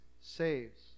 saves